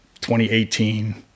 2018